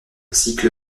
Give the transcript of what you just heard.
cycle